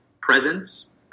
presence